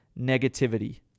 negativity